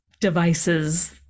devices